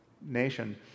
nation